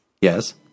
Yes